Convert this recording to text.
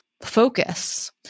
Focus